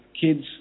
Kids